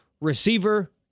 Receiver